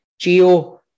Gio